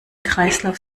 kreislauf